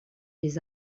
les